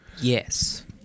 Yes